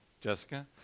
Jessica